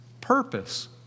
purpose